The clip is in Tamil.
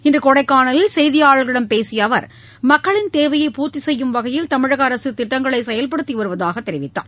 இன்று கொடைக்கானலில் செய்தியாளர்களிடம் பேசிய அவர் மக்களின் தேவையை பூர்த்தி செய்யும் வகையில் தமிழக அரசு திட்டங்களை செயல்படுத்தி வருவதாக தெரிவித்தார்